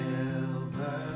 Silver